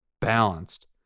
balanced